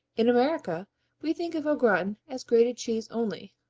in america we think of au gratin as grated cheese only,